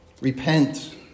Repent